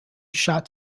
shot